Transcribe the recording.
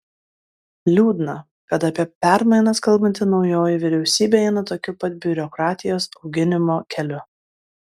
liūdna kad apie permainas kalbanti naujoji vyriausybė eina tokiu pat biurokratijos auginimo keliu